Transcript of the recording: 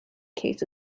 case